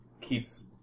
keeps